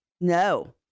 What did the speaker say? No